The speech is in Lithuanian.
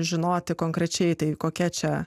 žinoti konkrečiai tai kokia čia